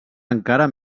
encara